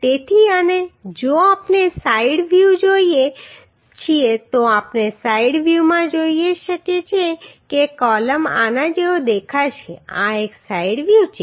તેથી અને જો આપણે સાઈડ વ્યુ જોઈએ છીએ તો આપણે સાઈડ વ્યુમાં જોઈ શકીએ છીએ કે કોલમ આના જેવો દેખાશે આ એક સાઈડ વ્યુ છે